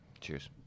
Cheers